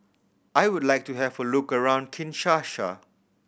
I would like to have a look around Kinshasa